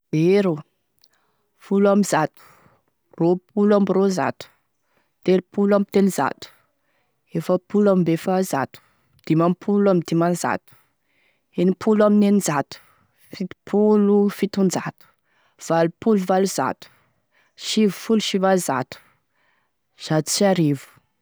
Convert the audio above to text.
Zéro, folo ambizato, roapolo ambe roanzato, telopolo ambe telozato, efapolo ambe efa zato, dimampolo ambe dimanzato, enipolo amin'enizato, fitopolo ambe fitozato, valopolo valonzato, sivy folo sivanzato, zato sy arivo.